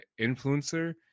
influencer